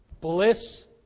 bliss